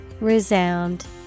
Resound